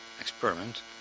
experiment